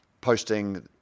posting